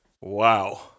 Wow